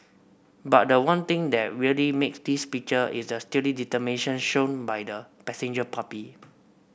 but the one thing that really makes this picture is the steely determination shown by the passenger puppy